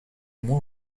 moins